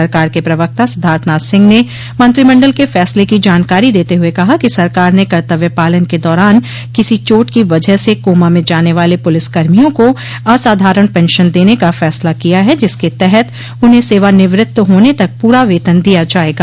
सरकार के प्रवक्ता सिद्धार्थनाथ सिंह ने मंत्रिमंडल के फैसले की जानकारी देते हुए कहा कि सरकार ने कर्तव्य पालन के दौरान किसी चोट की वजह से कोमा में जाने वाले पुलिस कर्मियों को असाधारण पेंशन देने का फैसला किया है जिसके तहत उन्हें सेवानिवृत्त होने तक पूरा वेतन दिया जायेगा